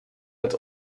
het